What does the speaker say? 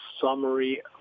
summary